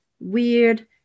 weird